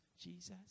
Jesus